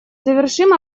завершим